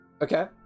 Okay